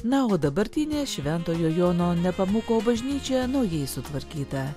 na o dabartinė šventojo jono nepamuko bažnyčia naujai sutvarkyta